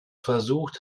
versucht